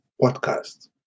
podcast